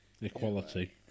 Equality